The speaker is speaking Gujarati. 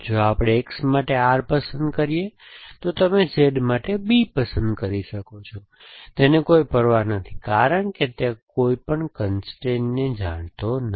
જો આપણે X માટે R પસંદ કરીએ તો તમે Z માટે B પસંદ કરી શકો છો તેને કોઈ પરવા નથી કારણ કે તે કોઈપણ કન્સ્ટ્રેઇનને જાણતો નથી